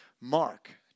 Mark